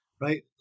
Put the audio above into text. right